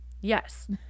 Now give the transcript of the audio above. Yes